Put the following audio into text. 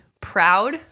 proud